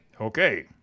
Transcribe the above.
Okay